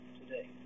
today